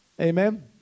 Amen